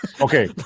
Okay